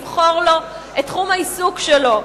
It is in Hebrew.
לבחור לו את תחום העיסוק שלו.